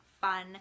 fun